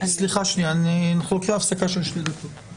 לאחר ההצבעה על הצעות החוק אני מתכוון לבקש רוויזיה שלא נקבע לה כרגע